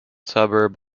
suburb